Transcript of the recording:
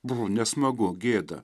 bū nesmagu gėda